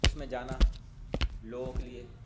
اس میں جانا لوگوں کے لیے